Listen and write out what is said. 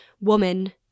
woman